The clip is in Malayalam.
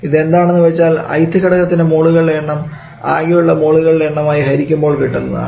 ഇത് എന്താണെന്നുവെച്ചാൽ ith ഘടകത്തിൻറെ മോളുകളുടെ എണ്ണം ആകെ ഉള്ള മോളുകളുടെ എണ്ണം ആയി ഹരിക്കുമ്പോൾ കിട്ടുന്നതാണ്